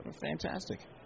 Fantastic